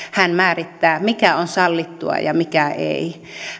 hän määrittää mikä on sallittua ja mikä ei